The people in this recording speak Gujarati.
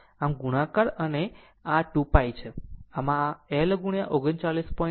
આમ ગુણાકાર અને આ 2 pi છે અને આ L 39